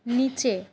নিচে